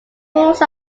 rules